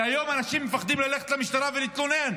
כי היום אנשים מפחדים ללכת למשטרה ולהתלונן,